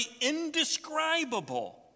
indescribable